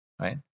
right